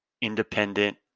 independent